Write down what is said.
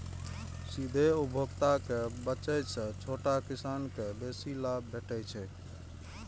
सीधे उपभोक्ता के बेचय सं छोट किसान कें बेसी लाभ भेटै छै